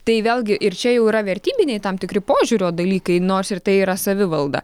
tai vėlgi ir čia jau yra vertybiniai tam tikri požiūrio dalykai nors ir tai yra savivalda